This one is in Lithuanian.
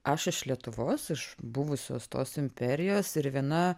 aš iš lietuvos iš buvusios tos imperijos ir viena